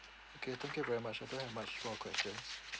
okay thank you very much I don't have much more questions